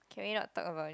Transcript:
can we not talk about it